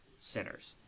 centers